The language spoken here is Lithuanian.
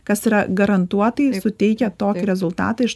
kas yra garantuotai suteikia tokį rezultatą iš